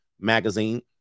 magazine